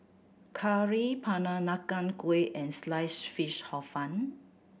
curry Peranakan Kueh and Sliced Fish Hor Fun